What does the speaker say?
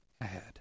ahead